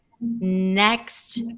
next